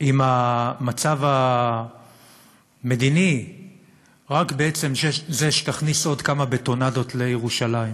עם המצב המדיני רק בעצם בזה שתכניס עוד כמה בטונדות לירושלים